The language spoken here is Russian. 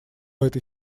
этой